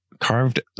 carved